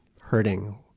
hurting